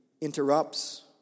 interrupts